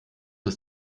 ist